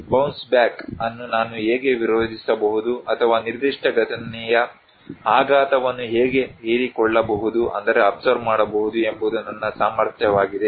bounce back ಅನ್ನು ನಾನು ಹೇಗೆ ವಿರೋಧಿಸಬಹುದು ಅಥವಾ ನಿರ್ದಿಷ್ಟ ಘಟನೆಯ ಆಘಾತವನ್ನು ಹೇಗೆ ಹೀರಿಕೊಳ್ಳಬಹುದು ಎಂಬುದು ನನ್ನ ಸಾಮರ್ಥ್ಯವಾಗಿದೆ